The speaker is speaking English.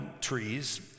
trees